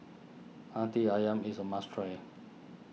Hati Ayam is a must try